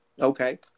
okay